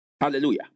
Hallelujah